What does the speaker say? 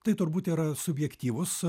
tai turbūt yra subjektyvūs